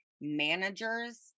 Managers